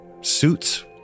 suits